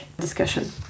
discussion